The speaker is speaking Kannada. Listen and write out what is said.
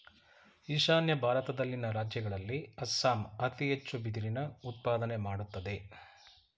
ಈಶಾನ್ಯ ಭಾರತದಲ್ಲಿನ ರಾಜ್ಯಗಳಲ್ಲಿ ಅಸ್ಸಾಂ ಅತಿ ಹೆಚ್ಚು ಬಿದಿರಿನ ಉತ್ಪಾದನೆ ಮಾಡತ್ತದೆ